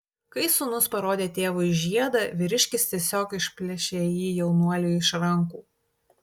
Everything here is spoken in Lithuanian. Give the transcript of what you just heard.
kai sūnus parodė tėvui žiedą vyriškis tiesiog išplėšė jį jaunuoliui iš rankų